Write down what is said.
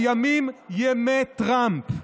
הימים הם ימי טראמפ,